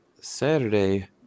Saturday